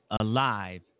alive